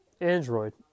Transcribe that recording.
Android